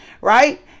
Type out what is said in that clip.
right